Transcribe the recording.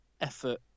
effort